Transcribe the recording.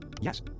Yes